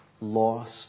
lost